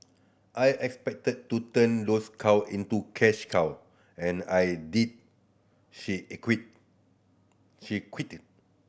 I expected to turn those cow into cash cow and I did she she quipped